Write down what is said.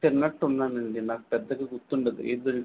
తిన్నట్టున్నానండి నాకు పెద్దగా గుర్తుండదు ఏది